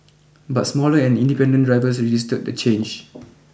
but smaller and independent drivers resisted the change